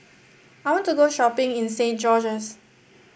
I want to go shopping in Saint George's